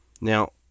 Now